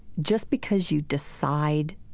just because you decide